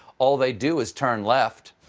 all they do is turn left.